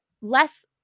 less –